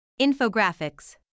Infographics